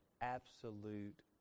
absolute